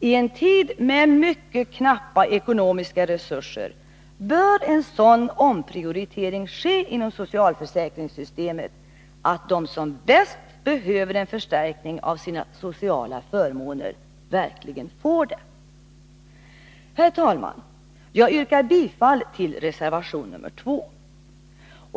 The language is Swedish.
I en tid med mycket knappa ekonomiska resurser bör en sådan omprioritering ske inom socialförsäkringssystemet att de som bäst behöver en förstärkning av sina sociala förmåner verkligen får det. Herr talman! Jag yrkar bifall till reservation nr 2.